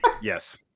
Yes